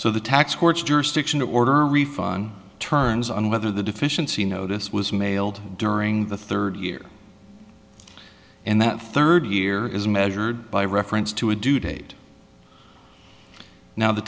so the tax court's jurisdiction order refund turns on whether the deficiency notice was mailed during the third year and that third year is measured by reference to a due date now the